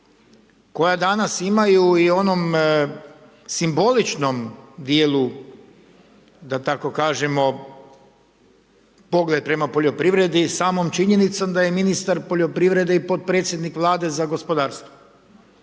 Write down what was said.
koja danas imaju i u onom simboličnom dijelu da tako kažemo pogled prema poljoprivredi samom činjenicom da je ministar poljoprivrede i potpredsjednik Vlade za gospodarstvo.